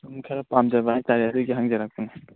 ꯁꯨꯝ ꯈꯔ ꯄꯥꯝꯖꯕ ꯍꯥꯏꯇꯔꯦ ꯑꯗꯨꯒꯤ ꯍꯪꯖꯔꯛꯄꯅꯦ